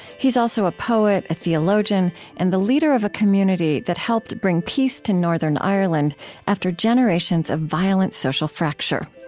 he's also a poet, a theologian, and the leader of a community that helped bring peace to northern ireland after generations of violent social fracture.